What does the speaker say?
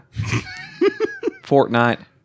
Fortnite